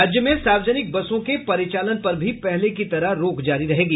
राज्य में सार्वजनिक बसों के परिचालन पर भी पहले की तरह रोक जारी रहेगी